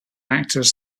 actors